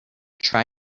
try